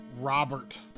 Robert